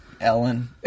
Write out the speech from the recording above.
Ellen